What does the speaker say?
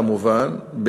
כמובן,